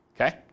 Okay